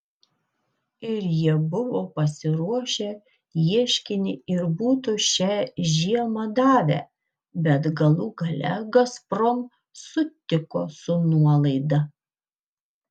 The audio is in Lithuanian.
ir jie buvo pasiruošę ieškinį ir būtų šią žiemą davę bet galų gale gazprom sutiko su nuolaida